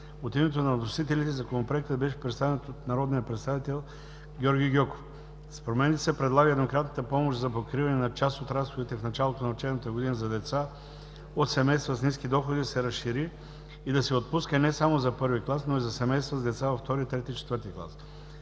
От името на вносителите Законопроектът беше представен от народния представител Георги Гьоков. С промените се предлага еднократната помощ за покриване на част от разходите в началото на учебната година за деца от семейства с ниски доходи да се разшири и да се отпуска не само за I-ви клас, но и за семейства с деца във II-ри, III-ти и IV-ти клас.